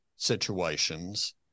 Situations